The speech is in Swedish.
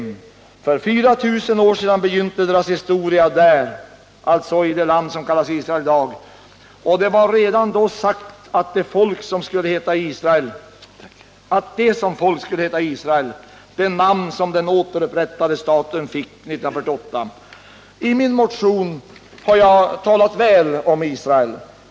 Redan för 4 000 år sedan begynte deras historia där —alltså i det land som i dag kallas Israel — och det var redan då utsagt att de som folk skulle heta Israel, det namn som den återupprättade staten fick 1948. I min motion har jag talat väl om Israel.